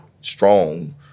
strong